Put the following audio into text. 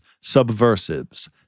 subversives